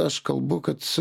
aš kalbu kad